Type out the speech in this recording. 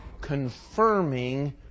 confirming